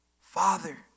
Father